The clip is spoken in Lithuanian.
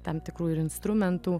tam tikrų ir instrumentų